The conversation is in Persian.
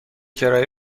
کرایه